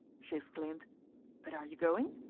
she exclaimed but are you going?